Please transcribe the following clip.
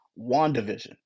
WandaVision